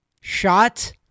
shot